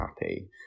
happy